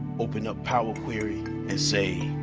open up power query and say,